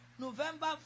November